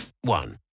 one